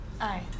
aye